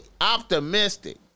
optimistic